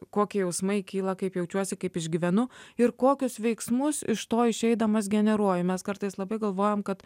kokie jausmai kyla kaip jaučiuosi kaip išgyvenu ir kokius veiksmus iš to išeidamas generuoju mes kartais labai galvojam kad